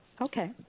Okay